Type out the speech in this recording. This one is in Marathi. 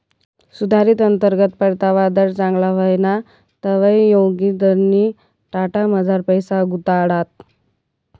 सुधारित अंतर्गत परतावाना दर चांगला व्हयना तवंय जोगिंदरनी टाटामझार पैसा गुताडात